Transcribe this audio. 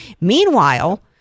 meanwhile